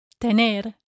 tener